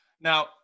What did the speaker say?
Now